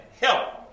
Help